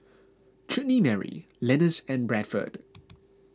Chutney Mary Lenas and Bradford